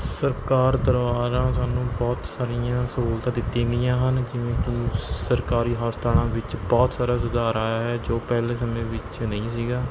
ਸਰਕਾਰ ਦੁਆਰਾ ਸਾਨੂੰ ਬਹੁਤ ਸਾਰੀਆਂ ਸਹੂਲਤਾਂ ਦਿੱਤੀਆਂ ਗਈਆਂ ਹਨ ਜਿਵੇਂ ਕਿ ਸਰਕਾਰੀ ਹਸਪਤਾਲਾਂ ਵਿੱਚ ਬਹੁਤ ਸਾਰਾ ਸੁਧਾਰ ਆਇਆ ਹੈ ਜੋ ਪਹਿਲੇ ਸਮੇਂ ਵਿੱਚ ਨਹੀਂ ਸੀਗਾ